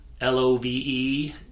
L-O-V-E